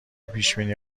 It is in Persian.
پیشبینی